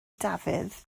dafydd